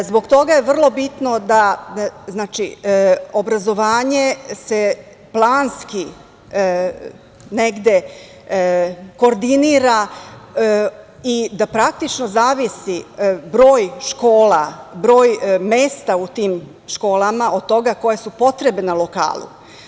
Zbog toga je vrlo bitno da se obrazovanje planski negde koordinira i da praktično zavisi broj škola, broj mesta u tim školama od toga koje su potrebe na lokalu.